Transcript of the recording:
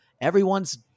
Everyone's